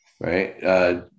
right